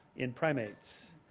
in primates.